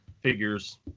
figures